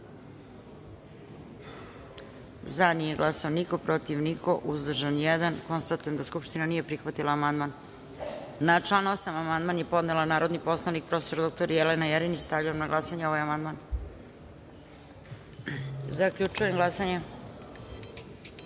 glasanje: za – niko, protiv – niko, uzdržan – jedan. Konstatujem da Skupština nije prihvatila amandman. Na član 8. amandman je podnela je narodi poslanik prof. dr Jelena Jerinić. Stavljam na glasanje ovaj amandman. Zaključujem glasanje: